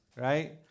right